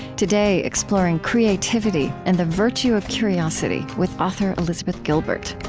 today, exploring creativity and the virtue of curiosity with author elizabeth gilbert